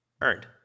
earned